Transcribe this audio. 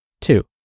Two